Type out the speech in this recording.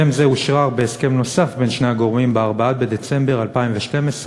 הסכם זה אושרר בהסכם נוסף בין שני הגורמים ב-4 בדצמבר 2012,